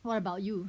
what about you